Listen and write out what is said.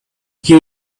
you